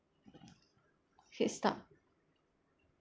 hit stop